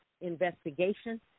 investigation